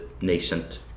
nascent